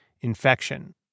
infection